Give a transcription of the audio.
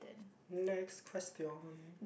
next question